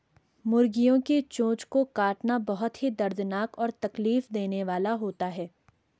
मुर्गियों की चोंच को काटना बहुत ही दर्दनाक और तकलीफ देने वाला होता है